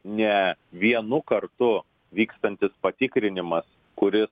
ne vienu kartu vykstantis patikrinimas kuris